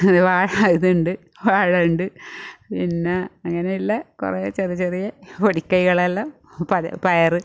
പിന്നെ ഇതുണ്ട് വാഴയുണ്ട് പിന്നെ അങ്ങനെയുള്ള കുറേ ചെറിയ ചെറിയ പൊടി കൈകളെല്ലാം പയർ